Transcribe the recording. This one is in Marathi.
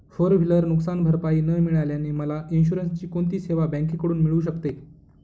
फोर व्हिलर नुकसानभरपाई न मिळाल्याने मला इन्शुरन्सची कोणती सेवा बँकेकडून मिळू शकते?